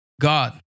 God